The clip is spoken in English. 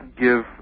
give